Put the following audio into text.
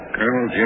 Colonel